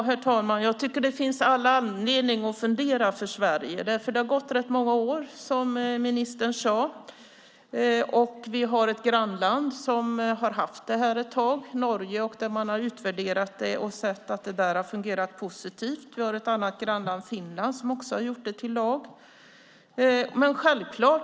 Herr talman! Jag tycker att det finns all anledning för Sverige att fundera. Det har gått rätt många år, som ministern sade, och vi har ett grannland, Norge, där man har haft det här ett tag. Man har utvärderat det och sett att det har fungerat positivt. Ett annat grannland, Finland, har också gjort barnkonventionen till lag.